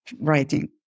writing